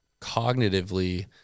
cognitively